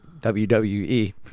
WWE